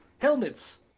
Helmets